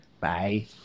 Bye